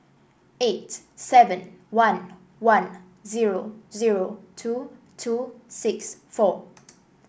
eight seven one one zero zero two two six four